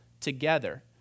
together